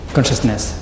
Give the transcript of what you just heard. Consciousness